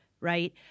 Right